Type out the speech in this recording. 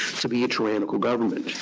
to be a tyrannical government.